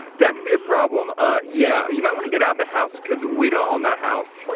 that could be a problem. ah yeah you might wanna get out of the house cause we don't own that house.